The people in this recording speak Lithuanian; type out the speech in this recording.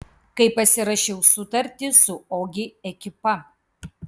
kai pasirašiau sutartį su ogi ekipa